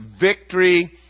victory